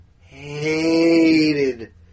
hated